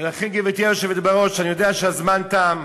ולכן, גברתי היושבת בראש, אני יודע שהזמן תם,